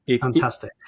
Fantastic